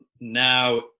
now